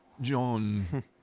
John